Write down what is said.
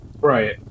Right